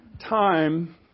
time